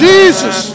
Jesus